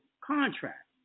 contract